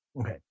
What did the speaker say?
Okay